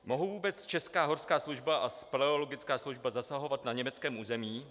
Mohou vůbec česká horská služba a speleologická služba zasahovat na německém území?